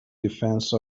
defense